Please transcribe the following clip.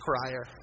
Crier